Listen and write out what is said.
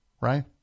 right